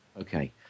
Okay